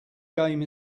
game